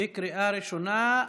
בקריאה ראשונה.